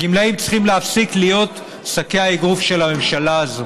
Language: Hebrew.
הגמלאים צריכים להפסיק להיות שקי האגרוף של הממשלה הזאת.